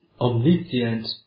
omniscient